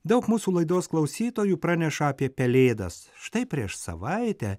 daug mūsų laidos klausytojų praneša apie pelėdas štai prieš savaitę